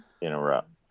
interrupt